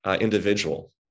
individual